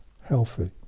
healthy